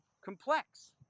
complex